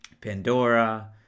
pandora